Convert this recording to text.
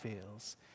feels